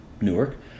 Newark